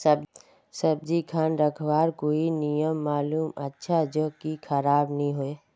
सब्जी खान रखवार कोई नियम मालूम अच्छा ज की खराब नि होय?